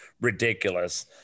ridiculous